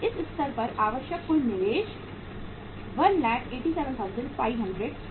इस स्तर पर आवश्यक कुल निवेश 187500 है